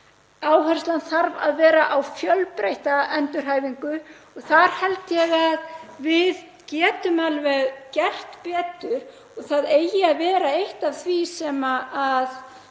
Áherslan þarf að vera á fjölbreytta endurhæfingu. Þar held ég að við getum alveg gert betur og að það eigi að vera eitt af því sem